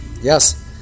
Yes